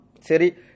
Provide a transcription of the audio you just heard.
seri